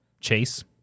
Chase